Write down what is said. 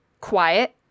quiet